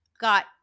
got